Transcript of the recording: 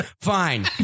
fine